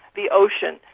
the ocean.